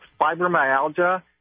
fibromyalgia